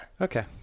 Okay